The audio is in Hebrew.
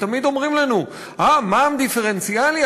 תמיד אומרים לנו: מע"מ דיפרנציאלי,